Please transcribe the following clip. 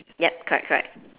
ya correct correct